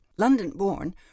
London-born